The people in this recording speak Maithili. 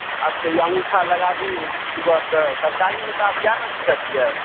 आब तऽ ई अँगूठा लगाबू सुबहसंँ सरकारीमे तऽ आब इएह ने दिक्कत यए